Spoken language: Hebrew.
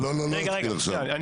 רגע, לא להתחיל עכשיו.